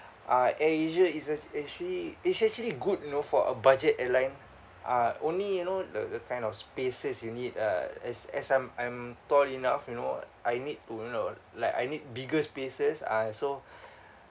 uh Air Asia is ac~ actually it's actually good you know for a budget airline uh only you know the the kind of spaces you need ah as as I'm I'm tall enough you know I need to know like I need bigger spaces uh so